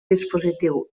dispositiu